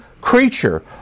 creature